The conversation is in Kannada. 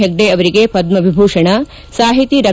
ಹೆಗ್ಡೆ ಅವರಿಗೆ ಪದ್ಮ ವಿಭೂಷಣ ಸಾಹಿತಿ ಡಾ